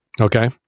okay